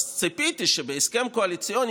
אז ציפיתי שבהסכם הקואליציוני,